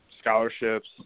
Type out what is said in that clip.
scholarships